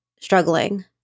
struggling